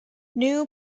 new